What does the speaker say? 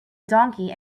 donkey